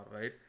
right